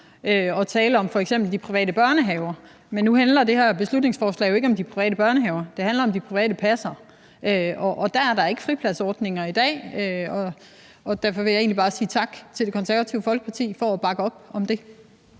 og tale om f.eks. de private børnehaver, men nu handler det her beslutningsforslag jo ikke om de private børnehaver, det handler om de private passere, og der er der ikke fripladsordninger i dag. Derfor vil jeg egentlig bare sige tak til Det Konservative Folkeparti for at bakke op om det.